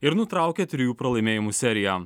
ir nutraukė trijų pralaimėjimų seriją